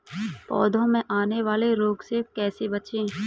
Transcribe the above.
पौधों में आने वाले रोग से कैसे बचें?